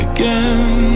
Again